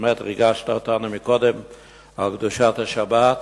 ובאמת ריגשת אותנו קודם על קדושת השבת,